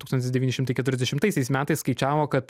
tūkstantis devyni šimtai keturiasdešimt aisiais metais skaičiavo kad